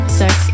sex